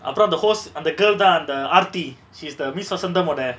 அப்ரோ அந்த:apro antha host அந்த:antha girl தா அந்த:tha antha aarthi she's the miss vasantham ஓட:oda